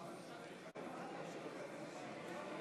אם כן,